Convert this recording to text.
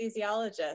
anesthesiologist